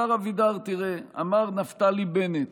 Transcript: השר אבידר, תראה, אמר נפתלי בנט